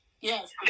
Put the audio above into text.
Yes